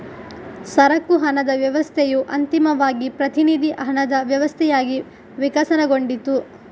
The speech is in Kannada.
ಸರಕು ಹಣದ ವ್ಯವಸ್ಥೆಯು ಅಂತಿಮವಾಗಿ ಪ್ರತಿನಿಧಿ ಹಣದ ವ್ಯವಸ್ಥೆಯಾಗಿ ವಿಕಸನಗೊಂಡಿತು